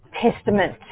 testament